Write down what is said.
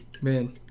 Man